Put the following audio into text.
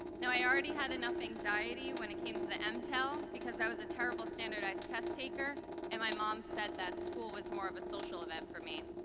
now i already had enough anxiety when it came to the mtl because i was a terrible standardized test taker and my mom said that school was more of a social event for me,